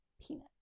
Peanut